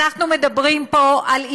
אנחנו מדברים פה על איזון.